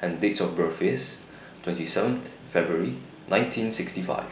and Date of birth IS twenty seventh February nineteen sixty five